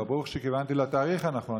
אבל ברוך שכיוונתי לתאריך הנכון,